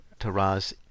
Taraz